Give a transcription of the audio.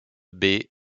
baies